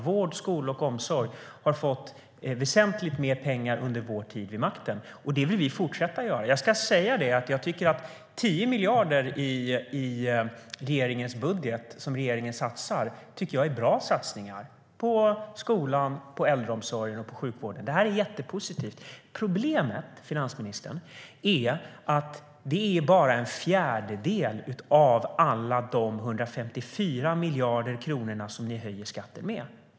Vård, skola och omsorg har fått väsentligt mer pengar under vår tid vid makten. Det vill vi fortsätta med. Jag tycker att 10 av de miljarder i regeringens budget som man satsar är bra satsningar. Det är satsningar på skolan, äldreomsorgen och sjukvården. Det är mycket positivt. Problemet, finansministern, är att det är bara en fjärdedel av alla de 154 miljarder kronor som ni höjer skatterna med.